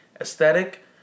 aesthetic